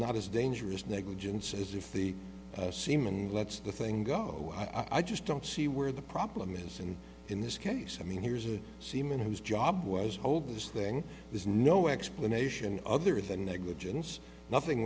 not as dangerous negligence as if the seaman lets the thing go i just don't see where the problem is and in this case i mean here's a seaman whose job was hold this thing there's no explanation other than negligence nothing